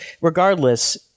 regardless